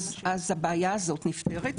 אז הבעיה הזאת נפתרת,